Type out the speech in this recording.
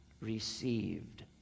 received